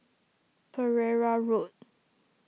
Pereira Road